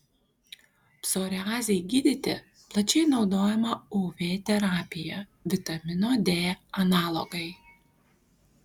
psoriazei gydyti plačiai naudojama uv terapija vitamino d analogai